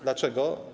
Dlaczego?